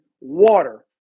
water